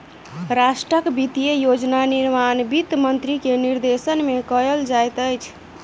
राष्ट्रक वित्तीय योजना निर्माण वित्त मंत्री के निर्देशन में कयल जाइत अछि